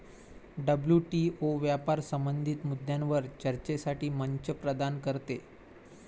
WTO व्यापार संबंधित मुद्द्यांवर चर्चेसाठी मंच प्रदान करते